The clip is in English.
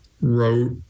wrote